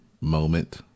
moment